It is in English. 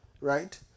right